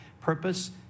purpose